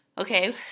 Okay